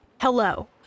hello